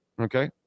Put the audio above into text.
Okay